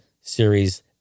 Series